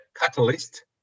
catalyst